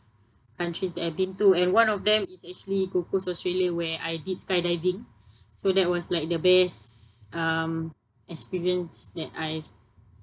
countries that I've been to and one of them is actually gold coast australia where I did skydiving so that was like the best um experience that I've